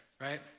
right